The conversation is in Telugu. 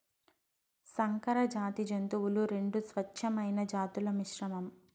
సంకరజాతి జంతువులు రెండు స్వచ్ఛమైన జాతుల మిశ్రమం